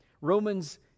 Romans